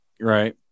right